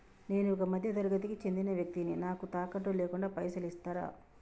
నేను ఒక మధ్య తరగతి కి చెందిన వ్యక్తిని నాకు తాకట్టు లేకుండా పైసలు ఇస్తరా?